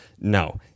No